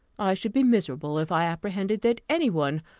i should be miserable if i apprehended that any one,